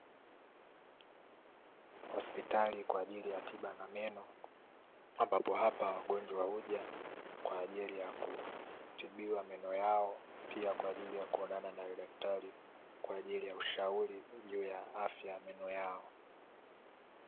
Hospitali kwa ajili ya tiba na meno, ambapo hapa wagonjwa huja kwa ajili ya kutibiwa meno yao, pia kwa ajili ya kuonana na daktari kwa ajili ya ushauri juu ya afya ya meno yao.